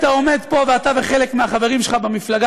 אתה עומד פה ואתה וחלק מהחברים שלך במפלגה